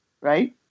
right